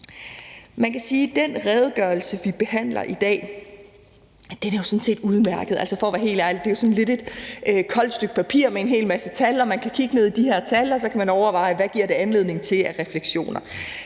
Man kan sige, at den redegørelse, vi behandler i dag, sådan set er udmærket. For at være helt ærlig er det jo lidt et koldt stykke papir med en hel masse tal. Man kan kigge ned i de her tal, og så kan man overveje, hvad det giver anledning til af refleksioner.